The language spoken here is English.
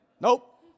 Nope